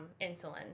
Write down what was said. insulin